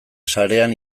sarean